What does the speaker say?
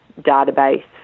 database